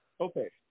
Okay